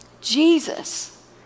Jesus